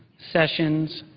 sessions,